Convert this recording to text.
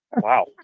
wow